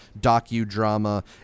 docudrama